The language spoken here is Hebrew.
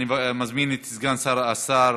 אני מזמין את סגן שר החינוך